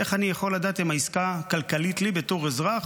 איך אני יכול לדעת אם העסקה כלכלית לי בתור אזרח,